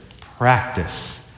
Practice